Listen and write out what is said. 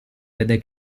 vede